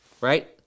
right